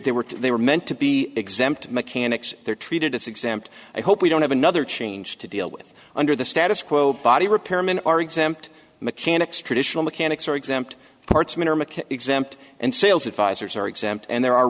there were they were meant to be exempt mechanics they're treated as exempt i hope we don't have another change to deal with under the status quo body repairmen are exempt mechanics traditional mechanics are exempt parts mr mckay exempt and sales at pfizer's are exempt and there are